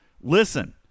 Listen